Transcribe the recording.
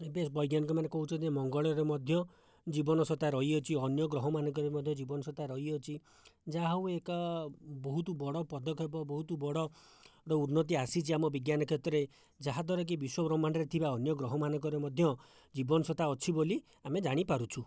ଏବେ ବୈଜ୍ଞାନିକମାନେ କହୁଛନ୍ତି ଯେ ମଙ୍ଗଳରେ ମଧ୍ୟ ଜୀବନ ସତ୍ତା ରହିଅଛି ଅନ୍ୟ ଗ୍ରହମାନଙ୍କରେ ମଧ୍ୟ ଜୀବନ ସତ୍ତା ରହିଅଛି ଯାହା ହେଉ ଏକ ବହୁତ ବଡ଼ ପଦକ୍ଷେପ ବହୁତ ବଡ଼ ଗୋତିଏ ଉନ୍ନତି ଆସିଛି ଆମ ବିଜ୍ଞାନ କ୍ଷେତ୍ରରେ ଯାହାଦ୍ଵାରାକି ବିଶ୍ଵ ବ୍ରହ୍ମାଣ୍ଡରେ ଥିବା ଅନ୍ୟ ଗ୍ରହମାନଙ୍କରେ ମଧ୍ୟ ଜୀବନ ସତ୍ତା ଅଛି ବୋଲି ଆମେ ଜାଣିପାରୁଛୁ